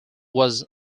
was